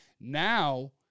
Now